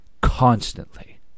constantly